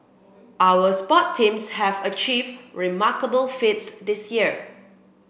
our sports teams have achieved remarkable feats this year